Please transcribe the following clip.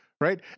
right